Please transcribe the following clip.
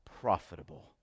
profitable